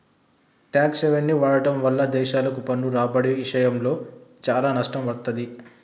tax హెవెన్ని వాడటం వల్ల దేశాలకు పన్ను రాబడి ఇషయంలో చానా నష్టం వత్తది